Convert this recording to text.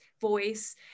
voice